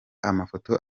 amafoto